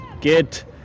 Get